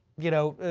you know,